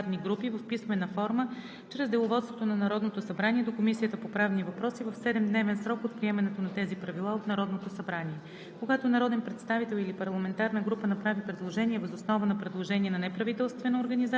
Предложенията за кандидати за председател на Централната избирателна комисия се правят от народни представители и парламентарни групи в писмена форма чрез Деловодството на Народното събрание до Комисията по правни въпроси в 7-дневен срок от приемането на тези правила от Народното събрание.